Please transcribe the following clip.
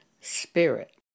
spirit